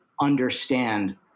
understand